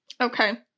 Okay